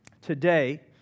today